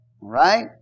right